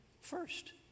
first